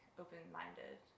open-minded